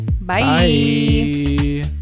Bye